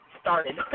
started